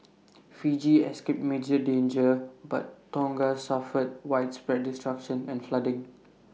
Fiji escaped major damage but Tonga suffered widespread destruction and flooding